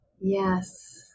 Yes